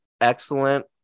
excellent